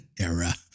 era